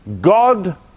God